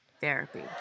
therapy